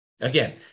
Again